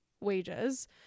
wages